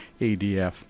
ADF